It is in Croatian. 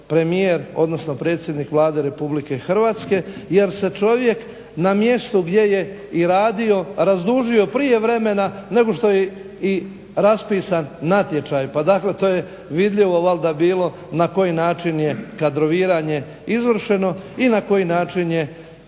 premijer, odnosno predsjednik Vlade RH jer se čovjek na mjestu gdje je i radio razdužio prije vremena nego što je i raspisan natječaj. Pa dakle, to je vidljivo valjda bilo na koji način je kadroviranje izvršeno i na koji način je